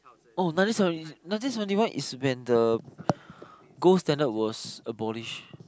oh nineteen seventy one nineteen seventy one is when the gold standard was abolished